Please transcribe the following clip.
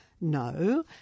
No